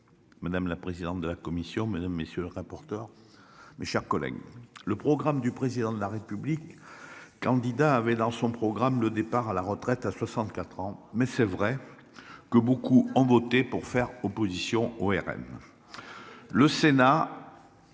Madame la présidente de la commission, mesdames, messieurs, le rapporteur. Mes chers collègues. Le programme du président de la République, candidat avait dans son programme le départ à la retraite à 64 ans mais c'est vrai que beaucoup ont voté pour faire opposition au RN. Le Sénat.